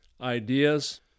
ideas